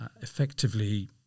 effectively